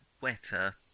wetter